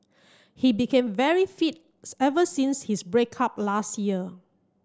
he became very fit ever since his break up last year